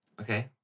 Okay